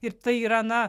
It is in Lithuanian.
ir tai yra na